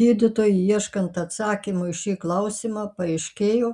gydytojui ieškant atsakymų į šį klausimą paaiškėjo